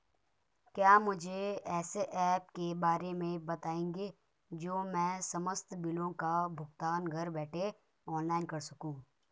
क्या मुझे ऐसे ऐप के बारे में बताएँगे जो मैं समस्त बिलों का भुगतान घर बैठे ऑनलाइन कर सकूँ?